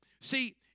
See